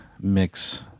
mix